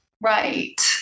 Right